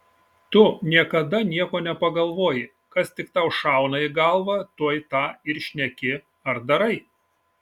tu niekada nieko nepagalvoji kas tik tau šauna į galvą tuoj tą ir šneki ar darai